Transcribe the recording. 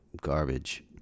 garbage